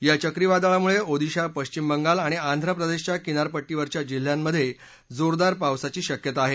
या चक्रीवादळामुळे ओदिशा पश्विम बंगाल आणि आंध्रप्रदेशाच्या किनारपट्टीवरच्या जिल्ह्यांमधे जोरदार पावसाची शक्यता आहे